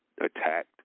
attacked